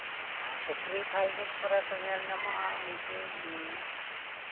ᱟᱨ ᱯᱩᱠᱷᱨᱤ ᱠᱷᱟᱞ ᱵᱤᱞ ᱠᱚᱨᱮ ᱠᱚ ᱧᱮᱞᱼᱧᱟᱢᱚᱜᱼᱟ ᱩᱱᱠᱩ